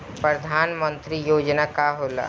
परधान मंतरी योजना का होला?